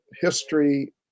history